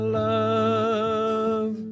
love